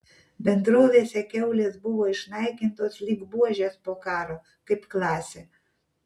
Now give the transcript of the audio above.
bendrovėse kiaulės buvo išnaikintos lyg buožės po karo kaip klasė